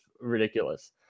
ridiculous